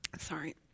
Sorry